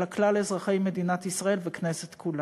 אלא כלל אזרחי מדינת ישראל והכנסת כולה.